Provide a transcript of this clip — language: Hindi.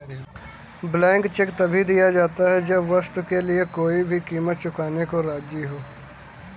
ब्लैंक चेक तभी दिया जाता है जब वस्तु के लिए कोई भी कीमत चुकाने को राज़ी हो